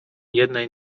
jednej